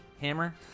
hammer